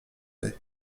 nez